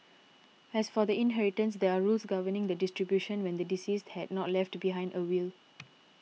as for the inheritance there are rules governing the distribution when the deceased had not left behind a will